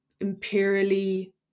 imperially